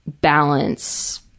balance